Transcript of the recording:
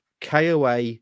KOA